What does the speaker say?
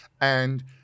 And-